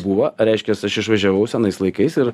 buvo reiškias aš išvažiavau senais laikais ir